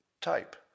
type